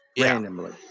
randomly